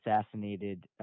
assassinated